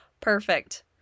perfect